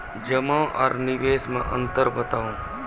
जमा आर निवेश मे अन्तर बताऊ?